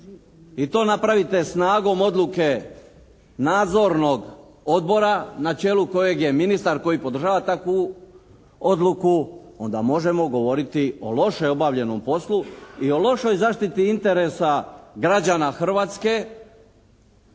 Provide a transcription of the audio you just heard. i to napravite snagom odluke Nadzornog odbora na čelu kojeg je ministar koji podržava takvu odluku onda možemo govoriti o loše obavljenom poslu i o lošoj zaštiti interesa građana Hrvatske